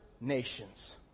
Nations